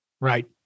Right